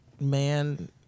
man